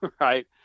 right